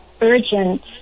urgent